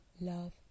love